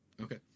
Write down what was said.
Okay